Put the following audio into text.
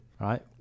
right